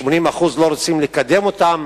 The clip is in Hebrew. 80% לא רוצים לקדם אותם.